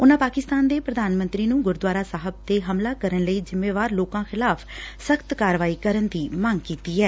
ਉਨੂਾ ਪਾਕਿਸਤਾਨ ਦੇ ਪ੍ਰਧਾਨ ਮੰਤਰੀ ਨੂੰ ਗੁਰਦੁਆਰਾ ਸਾਹਿਬ ਤੇ ਹਮਲਾ ਕਰਨ ਲਈ ਜਿੰਮੇਵਾਰ ਲੋਕਾਂ ਖਿਲਾਫ਼ ਸਖ਼ਤ ਕਾਰਵਾਈ ਕਰਨ ਦੀ ਮੰਗ ਕੀਤੀ ਐ